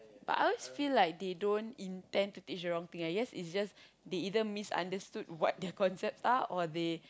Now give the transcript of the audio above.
but I always feel like they don't intend to teach the wrong thing I guess it's just they either misunderstood what their concepts are or they